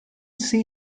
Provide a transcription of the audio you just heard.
see